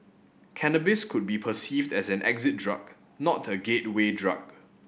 cannabis could be perceived as an exit drug not a gateway drug